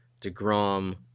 DeGrom